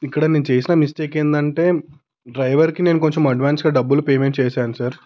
ఇక్కడ నేను చేసిన మిస్టేక్ ఏంటంటే డ్రైవర్కి నేను కొంచెం అడ్వాన్స్గా డబ్బులు పేమెంట్ చేసాను సర్